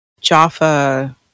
Jaffa